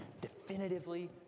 definitively